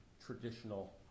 traditional